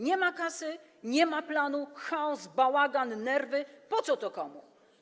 Nie ma kasy, nie ma planu, chaos, bałagan, nerwy - po co to komu?